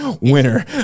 winner